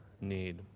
need